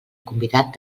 convidat